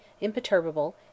imperturbable